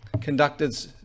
conducted